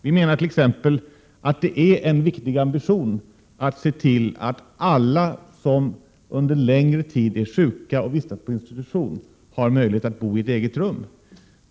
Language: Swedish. Vi menar t.ex. att det är en viktig ambition att se till att alla som under längre tid är sjuka och vistas på institution har möjlighet att bo i eget rum.